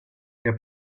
que